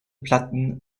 platten